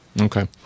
Okay